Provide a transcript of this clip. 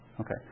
Okay